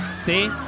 See